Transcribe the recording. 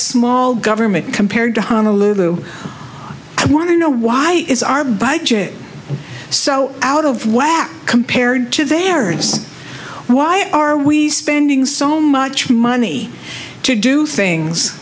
small government compared to honolulu i want to know why is our budget so out of whack compared to theirs why are we spending so much money to do things